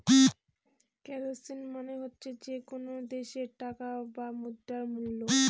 currency মানে হচ্ছে যে কোনো দেশের টাকা বা মুদ্রার মুল্য